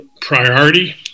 priority